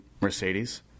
Mercedes